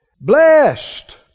Blessed